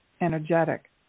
energetic